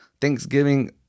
Thanksgiving